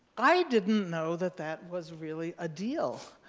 i didn't know that that was really a deal.